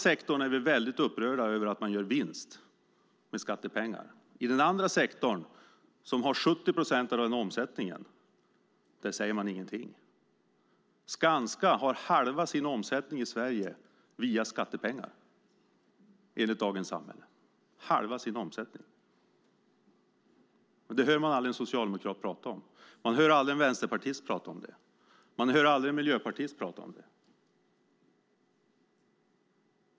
Man är väldigt upprörd över att bolag gör vinst med skattepengar i den ena sektorn. Man säger ingenting om den andra sektorn, som har 70 procent av omsättningen. Skanska har halva sin omsättning i Sverige via skattepengar, enligt Dagens Samhälle. Det hör man aldrig en socialdemokrat prata om. Man hör aldrig en vänsterpartist prata om det. Man hör aldrig en miljöpartist prata om det.